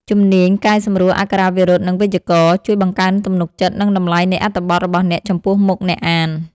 ជំនាញកែសម្រួលអក្ខរាវិរុទ្ធ និងវេយ្យាករណ៍ ជួយបង្កើនទំនុកចិត្ត និងតម្លៃនៃអត្ថបទរបស់អ្នកចំពោះមុខអ្នកអាន។